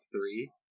three